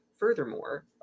Furthermore